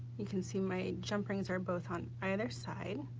you can see my jump rings are both on either side